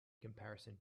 comparison